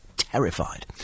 terrified